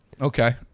Okay